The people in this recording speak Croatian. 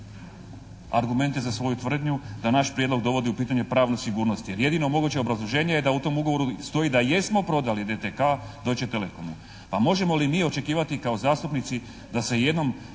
argumente za svoju tvrdnju da naš prijedlog dovodi u pitanje pravnu sigurnost, jer jedino moguće obrazloženje je da u tom ugovoru stoji da jesmo prodali DTK Deutche Telekomu. Pa možemo li mi očekivati kao zastupnici da se jednom